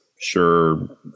sure